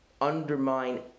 undermine